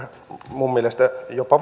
minun mielestäni jopa